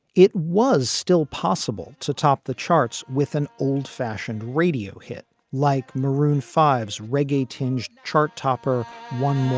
it was still possible to top the charts with an old fashioned radio hit like maroon five s reggae tinged chart topper won